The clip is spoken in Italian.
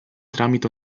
tramite